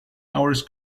hours